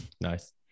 Nice